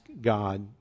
God